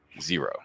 zero